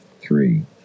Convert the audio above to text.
three